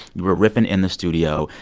you were riffing in the studio.